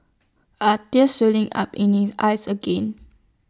are tears welling up in eyes again